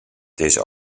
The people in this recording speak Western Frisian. dizze